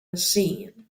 machine